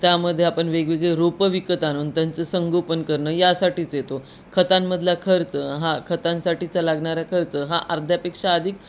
त्यामध्ये आपण वेगवेगळे रोप विकत आणून त्यांचं संगोपन करणं यासाठीच येतो खतांमधला खर्च हा खतांसाठीचा लागणारा खर्च हा अर्ध्यापेक्षा आधिक